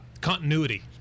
continuity